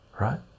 Right